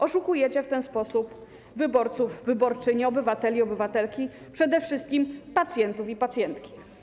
Oszukujecie w ten sposób wyborców, wyborczynie, obywateli, obywatelki, przede wszystkim pacjentów i pacjentki.